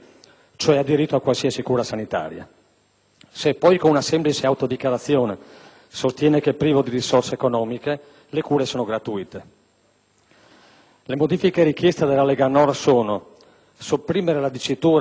Se poi con una semplice autodichiarazione sostiene che è privo di risorse economiche, le cure sono gratuite. Le modifiche richieste dalla Lega Nord sono: sopprimere la dicitura «l'irregolare non viene segnalato all'autorità»